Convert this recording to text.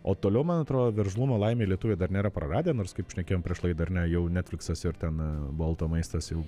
o toliau man atrodo veržlumo laimei lietuviai dar nėra praradę nors kaip šnekėjom prieš laidą ar ne jau netfliksas ir ten bolto maistas jau